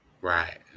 right